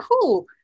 cool